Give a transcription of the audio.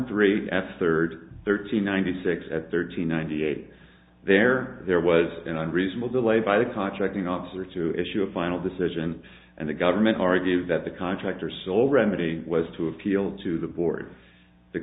three third thirteen ninety six at thirteen ninety eight there there was an unreasonable delay by the contracting officer to issue a final decision and the government argued that the contractor sole remedy was to appeal to the board the